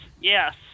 yes